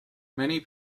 many